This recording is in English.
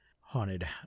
haunted